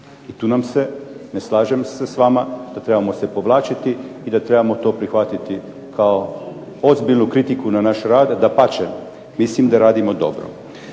i tu nam se ne slažem se s vama da trebamo se povlačiti i da trebamo to prihvatiti kao ozbiljnu kritiku na naš rad. Dapače, mislim da radimo dobro.